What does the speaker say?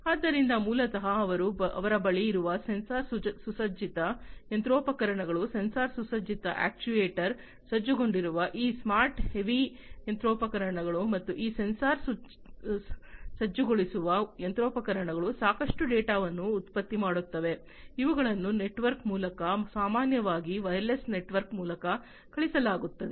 ಆದ್ದರಿಂದ ಮೂಲತಃ ಅವರ ಬಳಿ ಇರುವುದು ಸೆನ್ಸಾರ್ ಸುಸಜ್ಜಿತ ಯಂತ್ರೋಪಕರಣಗಳು ಸೆನ್ಸಾರ್ ಸುಸಜ್ಜಿತ ಅಕ್ಚುಯೆಟರ್ ಸಜ್ಜುಗೊಂಡಿರುವ ಈ ಸ್ಮಾರ್ಟ್ ಹೆವಿ ಯಂತ್ರೋಪಕರಣಗಳು ಮತ್ತು ಈ ಸೆನ್ಸರ್ ಸಜ್ಜುಗೊಳಿಸುವ ಯಂತ್ರೋಪಕರಣಗಳು ಸಾಕಷ್ಟು ಡೇಟಾವನ್ನು ಉತ್ಪತ್ತಿಮಾಡುತ್ತವೆ ಇವುಗಳನ್ನು ನೆಟ್ವರ್ಕ್ ಮೂಲಕ ಸಾಮಾನ್ಯವಾಗಿ ವೈರ್ಲೆಸ್ ನೆಟ್ವರ್ಕ್ ಮೂಲಕ ಕಳುಹಿಸಲಾಗುತ್ತದೆ